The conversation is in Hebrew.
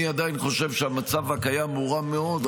אני עדיין חושב שהמצב הקיים הוא רע מאוד,